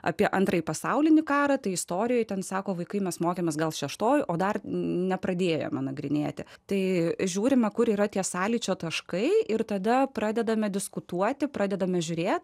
apie antrąjį pasaulinį karą tai istorijoje ten sako vaikai mes mokėmės gal šeštoje o dar nepradėjome nagrinėti tai žiūrima kur yra tie sąlyčio taškai ir tada pradedame diskutuoti pradedame žiūrėti